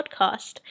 podcast